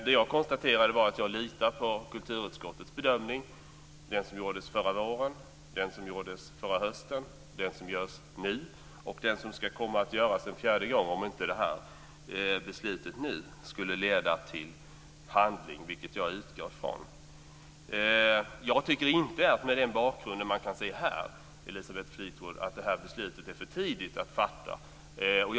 Det jag konstaterade var att jag litar på kulturutskottets bedömning - den som gjordes förra våren, den som gjordes förra hösten, den som görs nu och den som ska göras en fjärde gång om inte beslutet nu skulle leda till handling, vilket jag utgår från. Mot den bakgrund man kan se här, Elisabeth Fleetwood, tycker jag inte att det är för tidigt att fatta det här beslutet.